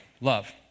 love